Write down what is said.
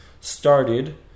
started